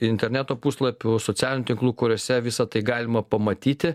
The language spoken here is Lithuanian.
interneto puslapių socialinių tinklų kuriose visa tai galima pamatyti